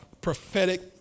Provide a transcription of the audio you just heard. prophetic